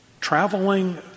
traveling